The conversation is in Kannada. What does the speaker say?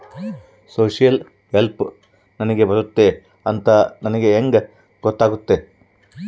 ಸೋಶಿಯಲ್ ಹೆಲ್ಪ್ ನನಗೆ ಬರುತ್ತೆ ಅಂತ ನನಗೆ ಹೆಂಗ ಗೊತ್ತಾಗುತ್ತೆ?